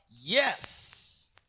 Yes